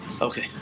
Okay